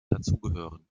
dazugehören